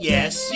Yes